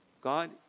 God